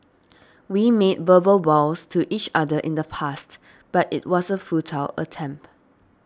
we made verbal vows to each other in the past but it was a futile attempt